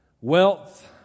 Wealth